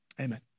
Amen